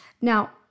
Now